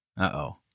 Uh-oh